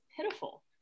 pitiful